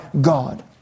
God